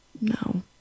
No